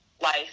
life